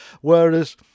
whereas